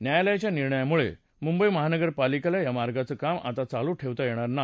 न्यायालयाच्या निर्णयामुळे मुंबई महानगरपालिकेला या मार्गाचं काम आता चालू ठेवता येणार नाही